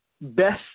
best